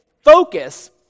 focus